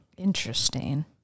interesting